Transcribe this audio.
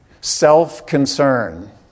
self-concern